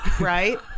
right